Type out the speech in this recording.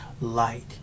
light